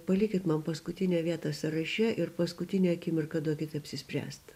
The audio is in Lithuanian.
palikit man paskutinę vietą sąraše ir paskutinę akimirką duokit apsispręst